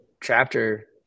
chapter